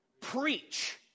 Preach